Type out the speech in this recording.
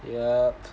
yeah